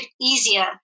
easier